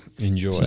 Enjoy